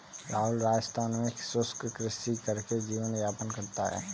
राहुल राजस्थान में शुष्क कृषि करके जीवन यापन करता है